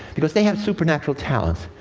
because they have supernatural talents.